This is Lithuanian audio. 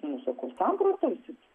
nu sakau samprotausim